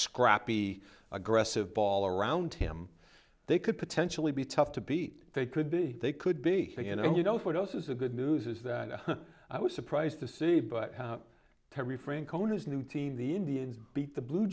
scrappy aggressive ball around him they could potentially be tough to beat they could be they could be you know you know what else is the good news is that i was surprised to see terry francona his new team the indians beat the blue